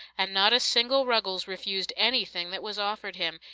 and not a single ruggles refused anything that was offered him,